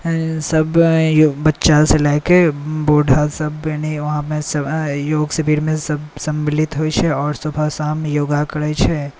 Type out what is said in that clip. सब बच्चासँ लऽ कऽ बूढ़ासब यानी योग शिविरमे सब सम्मिलित होइ छै आओर सुबह शाम योगा करै छै